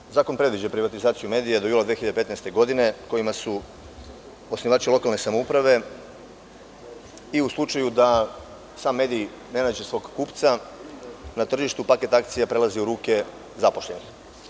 Naime, zakon predviđa privatizaciju medija do jula 2015. godine, kojima su osnivači lokalne samouprave, i u slučaju da sam mediji ne nađe svog kupca na tržištu, paket akcija prelazi u ruke zaposlenih.